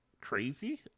crazy